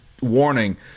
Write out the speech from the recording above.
Warning